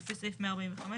לפי סעיף 145,